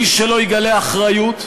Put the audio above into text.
מי שלא יגלה אחריות,